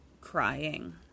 crying